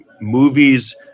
Movies